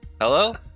Hello